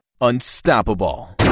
unstoppable